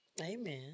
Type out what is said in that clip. Amen